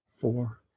four